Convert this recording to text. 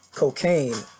cocaine